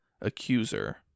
accuser